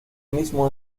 mismo